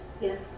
Yes